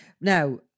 Now